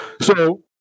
So-